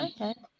Okay